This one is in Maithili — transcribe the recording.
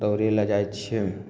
दौड़य लए जाइ छी